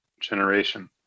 generation